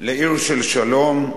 לעיר של שלום,